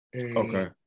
Okay